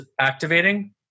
activating